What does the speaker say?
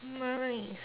nice